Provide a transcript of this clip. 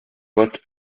vote